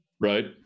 right